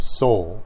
soul